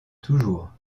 toujours